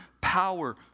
power